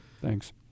Thanks